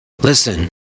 listen